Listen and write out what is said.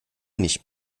nicht